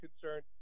concerned